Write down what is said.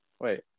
wait